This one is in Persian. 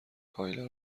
کایلا